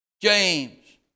James